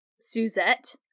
Suzette